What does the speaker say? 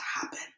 happen